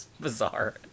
bizarre